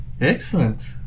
Excellent